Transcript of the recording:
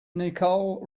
nicole